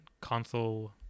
console